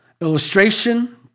illustration